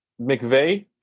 McVeigh